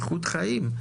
איכות חיים.